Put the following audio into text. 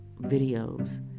videos